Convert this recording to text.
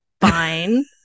fine